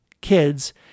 kids